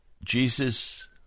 Jesus